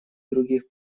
других